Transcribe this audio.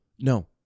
No